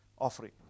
offering